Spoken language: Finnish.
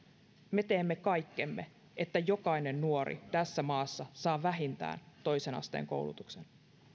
me teemme kaikkemme että jokainen nuori tässä maassa saa vähintään toisen asteen koulutuksen